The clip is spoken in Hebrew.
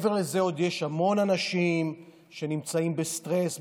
ומעבר לזה יש עוד המון אנשים שנמצאים בסטרס,